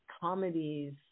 comedies